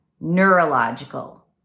neurological